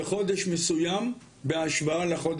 בואו